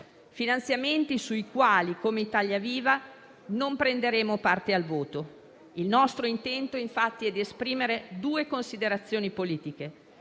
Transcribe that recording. finanziamenti sui quali, come Italia viva, non prenderemo parte al voto. Il nostro intento è infatti quello di esprimere due considerazioni politiche.